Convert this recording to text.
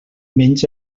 menys